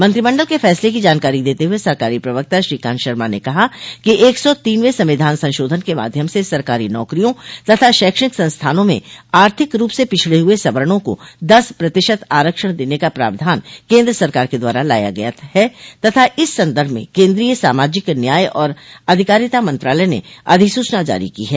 मंत्रिमंडल के फैसले की जानकारी देते हुए सरकारी प्रवक्ता श्रीकांत शर्मा ने कहा कि एक सौ तीनवें संविधान संशोधन के माध्यम से सरकारी नौकरियों तथा शैक्षणिक संस्थानों में आर्थिक रूप से पिछड़े हुए सवर्णो को दस प्रतिशत आरक्षण देने का प्रावधान केन्द्र सरकार के द्वारा लाया गया है तथा इस सन्दर्भ में केन्द्रीय सामाजिक न्याय और अधिकारिता मंत्रालय ने अधिसूचना जारी की है